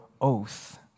oath